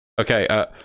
Okay